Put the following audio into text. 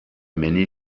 many